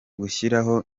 gushyiraho